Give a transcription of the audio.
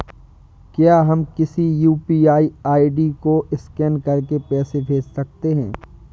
क्या हम किसी यू.पी.आई आई.डी को स्कैन करके पैसे भेज सकते हैं?